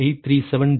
837 degree சமம் 2